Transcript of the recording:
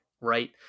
right